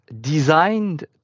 designed